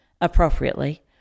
appropriately